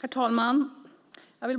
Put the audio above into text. Herr talman! Tänk